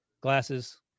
Glasses